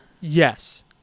yes